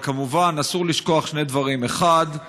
אבל כמובן, אסור לשכוח שני דברים: אחד,